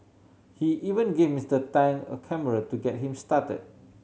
he even gave Mister Tang a camera to get him started